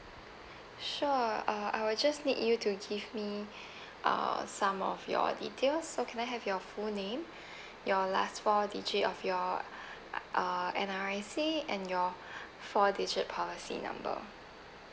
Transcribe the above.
sure uh I will just need you to give me uh some of your details so can I have your full name your last four digit of your uh N_R_I_C and your four digit policy number